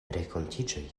renkontiĝoj